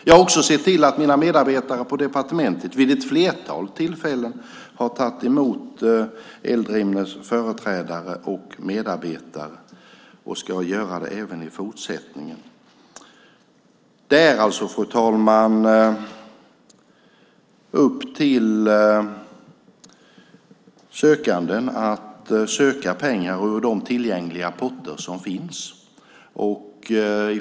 Jag har också sett till att mina medarbetare på departementet vid ett flertal tillfällen har tagit emot Eldrimners företrädare och medarbetare och ska göra det även i fortsättningen. Det är alltså, fru talman, upp till sökanden att söka pengar ur de tillgängliga potter som finns.